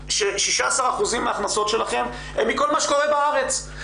16% מההכנסות שלכם הם מכל מה שקורה בארץ.